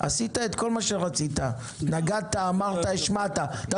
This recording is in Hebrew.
עשית כל מה שרצית, השמעת את הדברים.